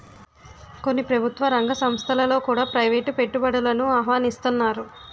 కొన్ని ప్రభుత్వ రంగ సంస్థలలో కూడా ప్రైవేటు పెట్టుబడులను ఆహ్వానిస్తన్నారు